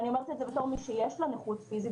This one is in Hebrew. אני אומרת את זה בתור מי שיש לה נכות פיזית